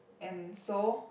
and so